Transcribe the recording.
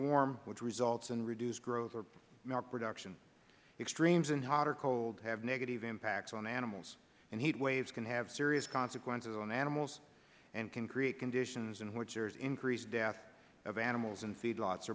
warm which results in reduced growth or milk production extremes in hot or cold have negative impacts on animals and heat waves can have serious consequences on animals and can create conditions in which there is increased death of animals in feedlots